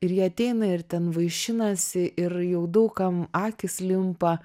ir jie ateina ir ten vaišinasi ir jau daug kam akys limpa